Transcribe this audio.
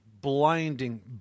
blinding